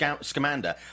Scamander